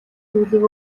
зүйлийг